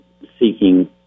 seeking